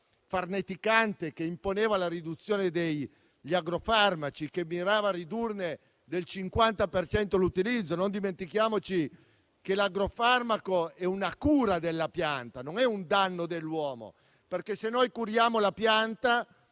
farneticante che imponeva la riduzione degli agrofarmaci, mirando a ridurne del 50 per cento l'utilizzo. Non dimentichiamoci che l'agrofarmaco è una cura della pianta, non un danno dell'uomo; se noi curiamo la pianta,